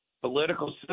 political